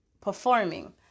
performing